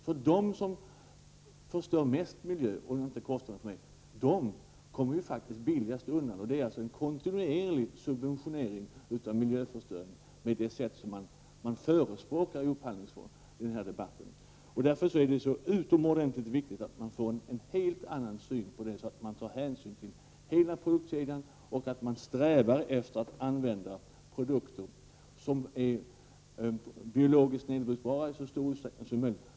Med det sätt som man förespråkar i fråga om förhandlingsförordningen kommer faktiskt de som förstör miljön mest billigast undan, och det innebär en kontinuerlig subventionering av miljöförstöring. Därför är det så utomordentligt viktigt att få en helt annan syn på detta, så att man tar hänsyn till hela produktionskedjan och strävar efter att använda produkter som är biologiskt nedbrytbara i så stor utsträckning som möjligt.